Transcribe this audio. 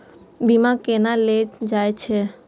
बीमा केना ले जाए छे?